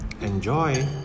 enjoy